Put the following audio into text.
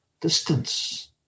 Distance